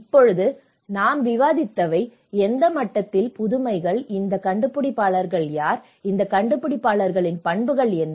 இப்போது நாம் விவாதித்தவை எந்த மட்டத்தில் புதுமைகள் இந்த கண்டுபிடிப்பாளர்கள் யார் இந்த கண்டுபிடிப்பாளர்களின் பண்புகள் என்ன